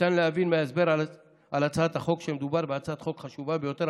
ניתן להבין מההסבר על הצעת החוק שמדובר בהצעת חוק חשובה ביותר,